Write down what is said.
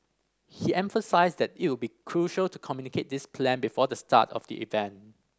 he emphasised that it would be crucial to communicate this plan before the start of the event